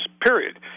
period